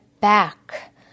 back